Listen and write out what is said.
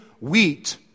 wheat